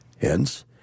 Hence